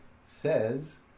says